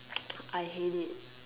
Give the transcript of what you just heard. I hate it